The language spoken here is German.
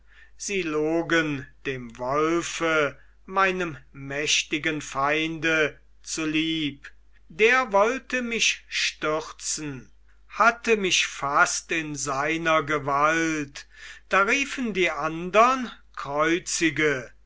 sie logen dem wolfe meinem mächtigen feinde zulieb der wollte mich stürzen hatte mich fast in seiner gewalt da riefen die andern kreuzige